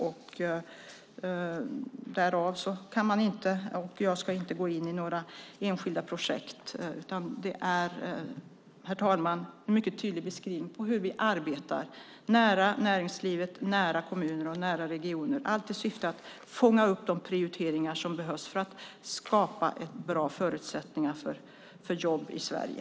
Jag ska inte gå in på några enskilda projekt, herr talman, utan jag har mycket tydligt beskrivit hur vi arbetar nära näringslivet, kommuner och regioner i syfte att fånga upp vilka prioriteringar som bör göras för att skapa bra förutsättningar för jobb i Sverige.